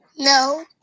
No